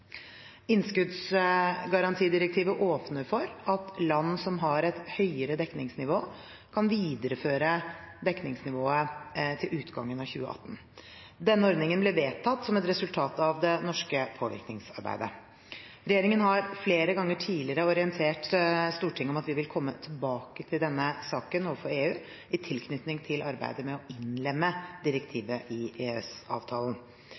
Innskuddsgarantidirektivet åpner for at land som har et høyere dekningsnivå, kan videreføre dekningsnivået til utgangen av 2018. Denne ordningen ble vedtatt som et resultat av det norske påvirkningsarbeidet. Regjeringen har flere ganger tidligere orientert Stortinget om at vi vil komme tilbake til denne saken overfor EU i tilknytning til arbeidet med å innlemme